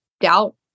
doubt